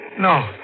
No